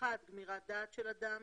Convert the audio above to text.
גמירת דעת של אדם.